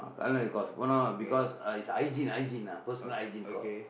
culinary course போனா :poonaa because it's hygiene hygiene uh personal hygiene course